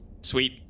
Sweet